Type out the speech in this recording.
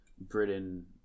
Britain